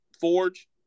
forge